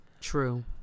True